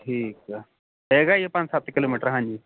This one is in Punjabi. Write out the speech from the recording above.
ਠੀਕ ਐ ਹੈਗਾ ਜੀ ਪੰਜ ਸੱਤ ਕਿਲੋਮੀਟਰ ਹਾਂਜੀ